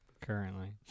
currently